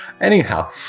Anyhow